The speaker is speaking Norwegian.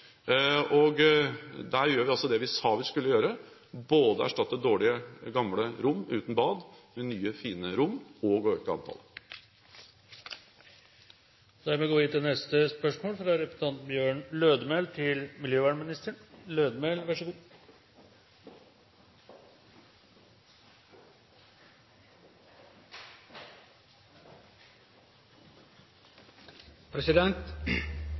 Der gjør vi altså det vi sa at vi skulle gjøre; både erstatte dårlige, gamle rom uten bad med nye, fine rom og øke